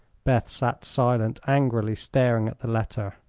beth sat silent, angrily staring at the letter.